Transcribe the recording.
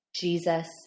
Jesus